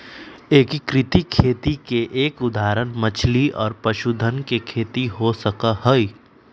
एकीकृत खेती के एक उदाहरण मछली और पशुधन के खेती हो सका हई